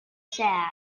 sad